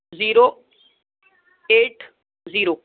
zero eight zero